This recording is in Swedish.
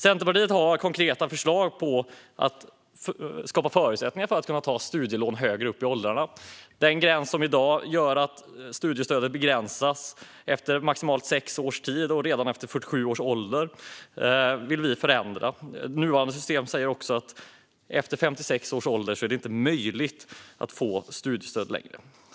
Centerpartiet har konkreta förslag för att skapa förutsättningar för att kunna ta studielån högre upp i åldrarna. Den gräns som i dag gör att studiestödet begränsas efter maximalt sex års tid och redan efter 47 års ålder vill vi förändra. Nuvarande system säger också att det efter 56 års ålder inte längre är möjligt att få studiestöd.